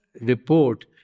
report